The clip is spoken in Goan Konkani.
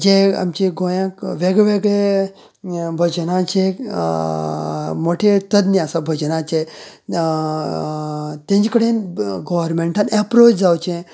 जे आमचे गोंयांक वेग वेगळे भजनांचे मोठे तज्ञ आसा भजनाचे तांचे कडेन गर्वमेंटान अप्रोच जावचे